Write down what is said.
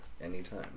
anytime